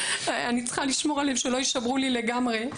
אני צריכה לשמור עליהם שלא יישברו לי לגמרי.